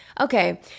Okay